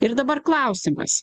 ir dabar klausimas